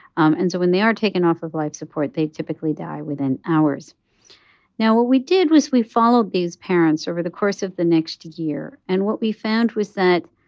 um and so when they are taken off of life support, they typically die within hours now, what we did was we followed these parents over the course of the next year, and what we found was that